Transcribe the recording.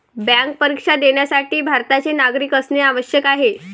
bank परीक्षा देण्यासाठी भारताचे नागरिक असणे आवश्यक आहे